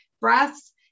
breaths